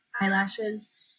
eyelashes